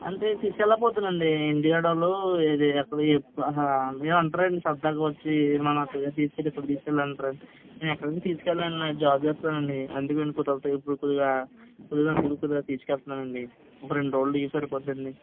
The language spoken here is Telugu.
అంటే తీసుకెళ్ళపోదునండి ఇంటి కాడోళ్ళు ఇది అసల అహ అంటారండి సరదాగా వచ్చి అక్కడికి తీసుకెళ్ళు ఇక్కడికి తీసుకెళ్ళు అంటారు నేను ఎక్కడికి తీసుకెళ్ళనండి నేను జాబ్ చేస్తానండి అందుకని కుదరదు ఇప్పుడు కొద్దిగా కుదురుతుంది అందుకే తీసుకెళ్తున్నానండి ఒక రెండు రోజులు లీవ్ సరిపోద్ధండి